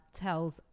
tells